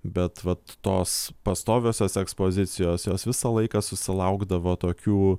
bet vat tos pastoviosios ekspozicijos jos visą laiką susilaukdavo tokių